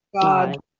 god